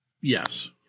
Yes